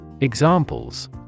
Examples